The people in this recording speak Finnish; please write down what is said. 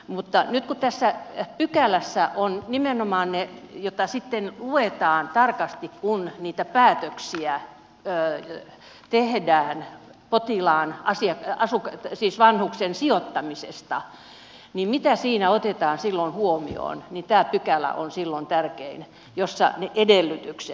mutta nyt kun tässä pykälässä ovat nimenomaan ne joita sitten luetaan tarkasti kun niitä päätöksiä tehdään potilaan asia ja sukat ei siis vanhuksen sijoittamisesta mitä siinä otetaan silloin huomioon niin silloin tärkein on tämä pykälä jossa ovat ne edellytykset